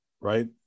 right